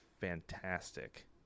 fantastic